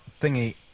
Thingy